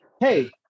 hey